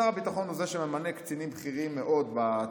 שר הביטחון הוא שממנה קצינים בכירים מאוד בצבא.